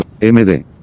MD